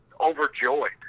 overjoyed